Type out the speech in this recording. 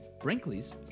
Brinkley's